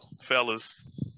fellas